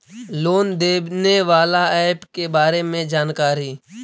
Loan देने बाला app के बारे मे जानकारी?